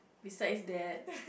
besides that